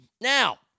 Now